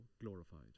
glorified